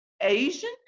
Asian